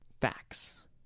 Facts